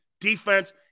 defense